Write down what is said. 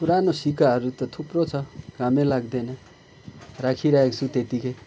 पुरानो सिक्काहरू त थुप्रो छ कामै लाग्दैन राखिरहेको छु त्यत्तिकै